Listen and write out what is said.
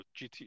gt